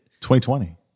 2020